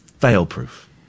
fail-proof